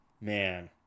Man